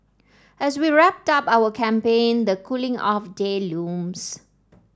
as we wrap up our campaign the cooling off day looms